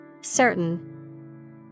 Certain